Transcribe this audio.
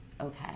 okay